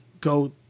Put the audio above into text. go